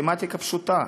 מתמטיקה פשוטה.